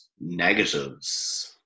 negatives